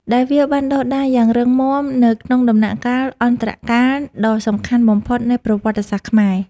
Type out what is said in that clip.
ដែលវាបានដុះដាលយ៉ាងរឹងមាំនៅក្នុងដំណាក់កាលអន្តរកាលដ៏សំខាន់បំផុតនៃប្រវត្តិសាស្ត្រខ្មែរ។